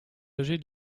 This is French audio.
âgé